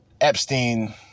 epstein